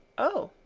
oh!